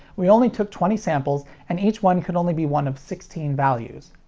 we only took twenty samples, and each one could only be one of sixteen values.